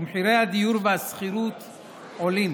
ומחירי הדיור והשכירות עולים,